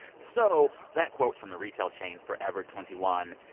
so that quote's from the retail chain forever twenty one.